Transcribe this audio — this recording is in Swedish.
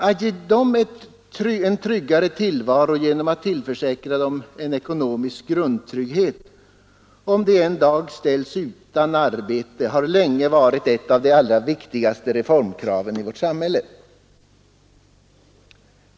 Att ge dem en tryggare tillvaro genom att tillförsäkra dem en ekonomisk grundtrygghet, om de en dag ställs utan arbete, har länge varit ett av de allra viktigaste reformkraven i vårt samhälle.